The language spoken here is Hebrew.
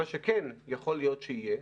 מה שכן יכול להיות שיהיה,